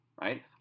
right